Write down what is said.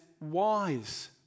wise